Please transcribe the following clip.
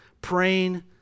praying